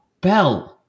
Bell